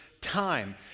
time